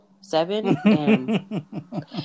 seven